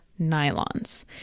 nylons